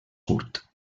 curt